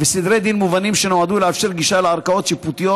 וסדרי דין מובנים שנועדו לאפשר גישה לערכאות שיפוטיות